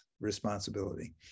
responsibility